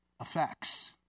effects